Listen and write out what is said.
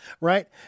Right